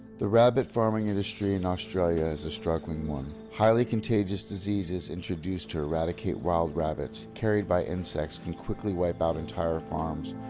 the rabbit farming industry in australia is a struggling one. highly contagious diseases introduced to eradicate wild rabbits, carried by insects, can quickly wipe out entire farms,